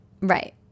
Right